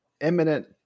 Imminent